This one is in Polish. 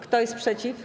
Kto jest przeciw?